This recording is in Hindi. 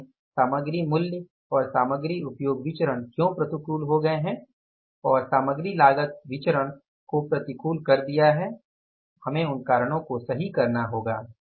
ये दोनों सामग्री मूल्य और सामग्री उपयोग विचरण क्यों प्रतिकूल हो गए है और सामग्री लागत विचलन को प्रतिकूल कर दिया है और उन कारणों को सही करना होगा